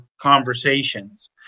conversations